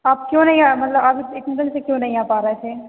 आप क्यों नहीं आ मतलब आप इत इतने दिन से क्यों नहीं आ पा रहए थे